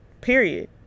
period